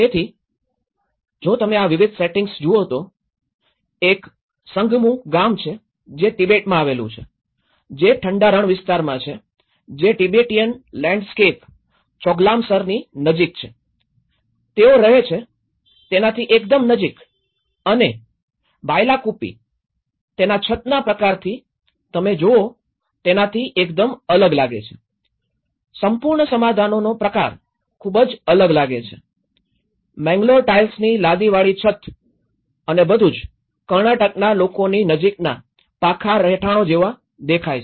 તેથી જો તમે આ વિવિધ સેટિંગ્સ જુઓ તો એક સંગમુ ગામ છે જે તિબેટમાં આવેલું છે જે ઠંડા રણ વિસ્તારમાં છે જે તિબેટીયન લેન્ડસ્કેપ ચોગલામસર નજીક છે તેઓ રહે છે તેનાથી એકદમ નજીક અને બાયલાકુપ્પી તેના છતનાં પ્રકારથી તમે જોવો તેનાથી એકદમ અલગ લાગે છે સંપૂર્ણ સમાધાનનો પ્રકાર ખૂબ જ અલગ લાગે છે મેંગ્લોર ટાઇલ્સની લાદીવાળી છત અને બધુ જ કર્ણાટકના લોકોની નજીકના પાકા રહેઠાણો જેવા દેખાય છે